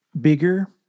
bigger